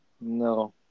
No